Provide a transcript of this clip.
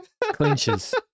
Clinches